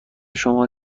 شما